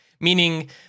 meaning